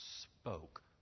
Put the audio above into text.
spoke